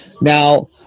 Now